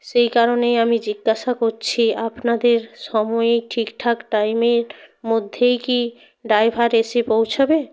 সেই কারণেই আমি জিজ্ঞাসা করছি আপনাদের সময়ে ঠিকঠাক টাইমের মধ্যেই কি ড্রাইভার এসে পৌঁছাবে